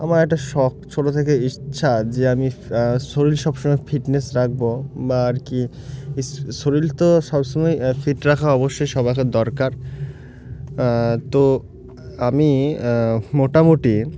আমার একটা শখ ছোটো থেকে ইচ্ছা যে আমি শরীর সব সময় ফিটনেস রাখব বা আর কি শরীর তো সব সময় ফিট রাখা অবশ্যই সব আসার দরকার তো আমি মোটামুটি